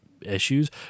issues